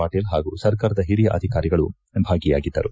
ಪಾಟೀಲ್ ಪಾಗೂ ಸರ್ಕಾರದ ಓರಿಯ ಅಧಿಕಾರಿಗಳು ಭಾಗಿಯಾಗಿದ್ದರು